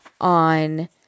on